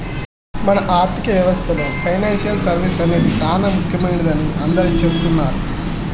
మన ఆర్థిక వ్యవస్థలో పెనాన్సియల్ సర్వీస్ అనేది సానా ముఖ్యమైనదని అందరూ సెబుతున్నారు